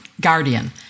guardian